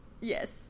Yes